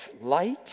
light